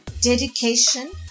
dedication